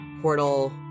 portal